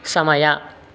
ಸಮಯ